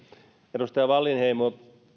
edustaja wallinheimo